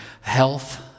health